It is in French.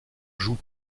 joue